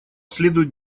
следует